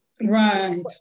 Right